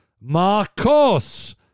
Marcos